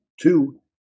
two